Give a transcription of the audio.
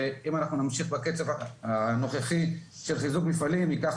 ואם אנחנו נמשיך בקצב הנוכחי של חיזוק מפעלים ייקח